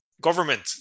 government